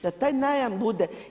Da taj najam bude.